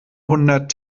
hundert